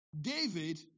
David